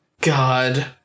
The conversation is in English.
God